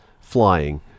flying